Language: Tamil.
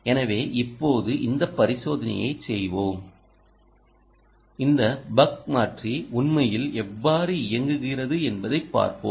எனவே இப்போது இந்த பரிசோதனையைச் செய்வோம் இந்த பக் மாற்றி உண்மையில் எவ்வாறு இயங்குகிறது என்பதைப் பார்ப்போம்